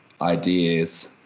ideas